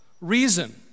reason